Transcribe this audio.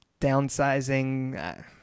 downsizing